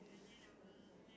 ya mascara